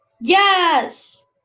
Yes